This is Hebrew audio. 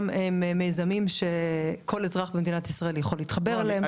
הם מיזמים שכל אזרח במדינת ישראל יכול להתחבר אליהם.